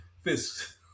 fists